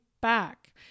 back